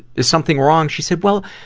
is something wrong? she said, well,